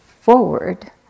forward